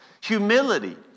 Humility